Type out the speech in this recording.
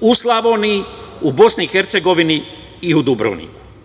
u Slavoniji, u BiH i u Dubrovniku. Sa